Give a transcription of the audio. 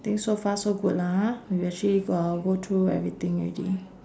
think so far so good lah ha we actually got go through everything already